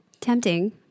Tempting